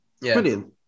Brilliant